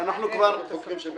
יש לו